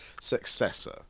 successor